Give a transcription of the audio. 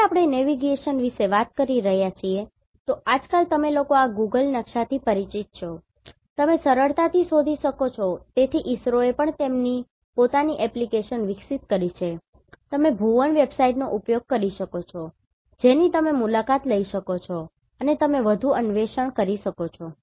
જ્યારે આપણે નેવિગેશન વિશે વાત કરી રહ્યા છીએ તો આજકાલ તમે લોકો આ Google નકશાથી પરિચિત છો તમે સરળતાથી શોધી શકશો તેથી ઇસરોએ પણ તેમની પોતાની એપ્લિકેશન વિકસિત કરી છે તમે ભુવન વેબસાઇટનો ઉપયોગ કરી શકો છો જેની તમે મુલાકાત લઈ શકો છો અને તમે વધુ અન્વેષણ કરી શકો છો